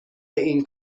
این